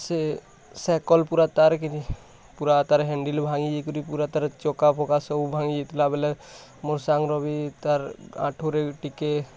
ସେ ସାଇକେଲ୍ ପୁରା ତାର୍ କିନି ପୁରା ତାର୍ ହାଣ୍ଡେଲ୍ ଭାଙ୍ଗି ଯାଇ କରି ପୁରା ତାର୍ ଚକା ଫକା ସବୁ ଭାଙ୍ଗି ଯାଇଥିଲା ବେଲେ ମୋର୍ ସାଙ୍ଗ ର ବି ତାର୍ ଆଣ୍ଠୁ ରେ ଟିକେ